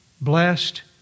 Blessed